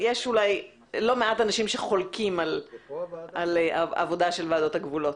יש אולי לא מעט אנשים שחולקים על העבודה של ועדות הגבולות.